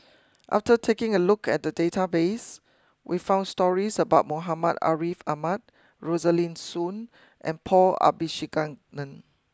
after taking a look at the database we found stories about Muhammad Ariff Ahmad Rosaline Soon and Paul Abisheganaden